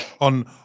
On